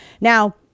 Now